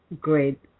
great